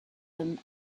them